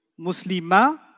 Muslima